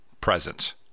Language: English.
presence